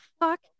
fuck